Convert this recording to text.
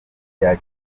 rya